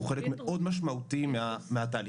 הוא חלק מאוד משמעותי מהתהליכים.